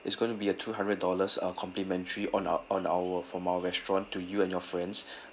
it's gonna be a two hundred dollars uh complementary on our on our from our restaurant to you and your friends